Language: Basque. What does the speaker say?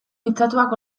pitzatuak